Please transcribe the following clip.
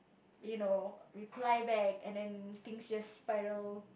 you know reply back and then things just spiral